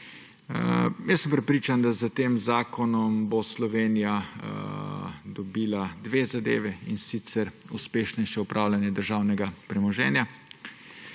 Jaz sem prepričan, da bo s tem zakonom Slovenija dobila dve zadevi, in sicer uspešnejše upravljanje državnega premoženja,